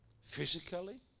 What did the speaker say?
Physically